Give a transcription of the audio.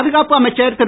பாதுகாப்பு அமைச்சர் திரு